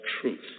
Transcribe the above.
truth